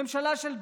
הממשלה של בנט,